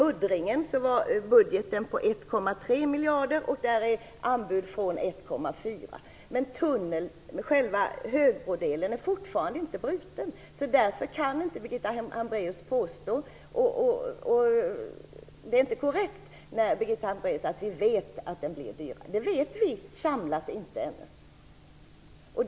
Muddringen var budgeterad till 1,3 miljarder, och lägsta anbud uppgick till 1,4 miljarder. Anbuden för högbrodelen är dock inte brutna. Det är därför inte korrekt när Birgitta Hambraeus säger att vi vet att den blir dyr. Det vet vi ännu inte totalt sett.